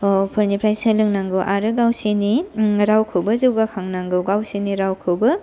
बर'फोरनिफ्राय सोलोंनांगौ आरो गावसोरनि रावखौबो जौगाखांनांगौ गावसोरनि रावखौबो